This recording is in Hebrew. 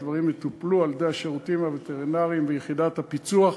הדברים יטופלו על-ידי השירותים הווטרינריים ויחידת הפיצו"ח,